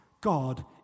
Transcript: God